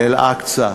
לאל-אקצא,